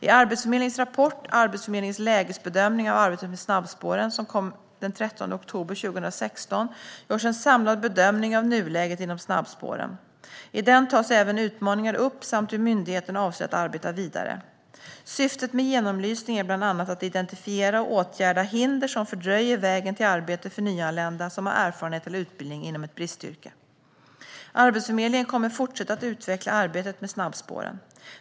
I Arbetsförmedlingens rapport Arbetsförmedlingens lägesbedömning av arbetet med snabbspåren , som kom den 13 oktober 2016, görs en samlad bedömning av nuläget inom snabbspåren. I den tas även utmaningar upp samt hur myndigheten avser att arbeta vidare. Syftet med genomlysningen är bland annat att identifiera och åtgärda hinder som fördröjer vägen till arbete för nyanlända som har erfarenhet eller utbildning inom ett bristyrke. Arbetsförmedlingen kommer att fortsätta att utveckla arbetet med snabbspåren.